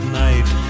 night